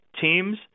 teams